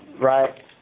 right